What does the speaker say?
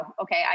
okay